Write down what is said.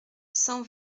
cent